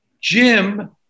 Jim